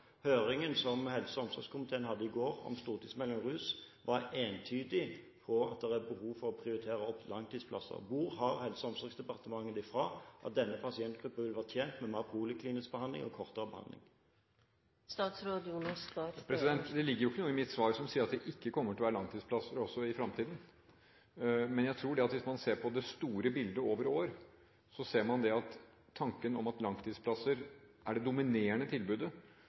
Høringen som helse- og omsorgskomiteen hadde i går, om stortingsmeldingen om rus, var entydig på at det er behov for å prioritere opp langtidsplasser. Hvor har Helse- og omsorgsdepartementet det fra at denne pasientgruppen vil være tjent med mer poliklinisk behandling og kortere behandling? Det ligger jo ikke noe i mitt svar som sier at det ikke kommer til å være langtidsplasser også i fremtiden. Men jeg tror at hvis man ser på det store bildet over år, ser man at tanken om at langtidsplasser er det dominerende tilbudet